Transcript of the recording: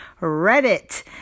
Reddit